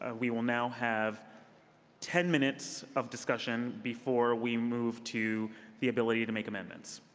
ah we will now have ten minutes of discussion before we move to the ability to make amendments.